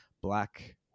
Black